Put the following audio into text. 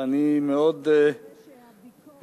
ואני מאוד מסכים